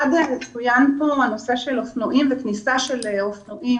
1. צוין פה הנושא של אופנועים והעלייה בהיפגעויות